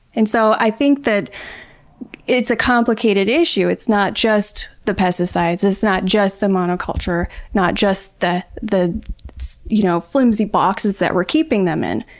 and so, i think that it's a complicated issue. it's not just the pesticides. it's not just the monoculture. not just the the you know flimsy boxes that we're keeping them in.